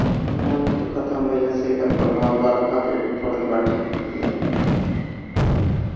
वन के खतम भइला से एकर प्रभाव बरखा पे भी पड़त बाटे